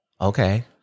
Okay